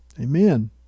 Amen